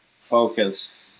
focused